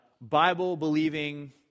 Bible-believing